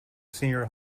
senior